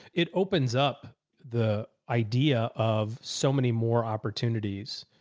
it opens up the idea of so many more opportunities.